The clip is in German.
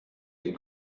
dem